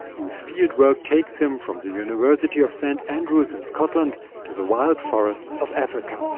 whose field work takes him from the university of st andrews in scotland to the wild forests of africa.